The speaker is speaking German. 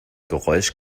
geräusch